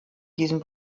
diesem